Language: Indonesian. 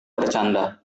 bercanda